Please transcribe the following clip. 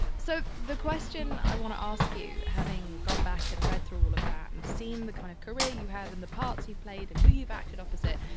so the question i want to ask you, having gone back and read through all of that and seen the kind of career you had and the parts you played and who you've acted opposite,